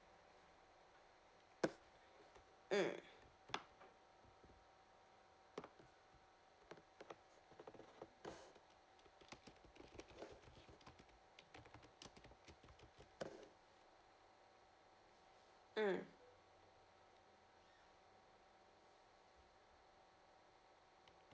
mm mm